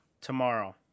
tomorrow